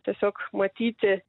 tiesiog matyti